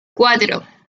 cuatro